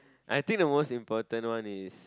I think the most important one is